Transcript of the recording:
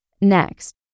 Next